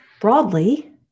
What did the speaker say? Broadly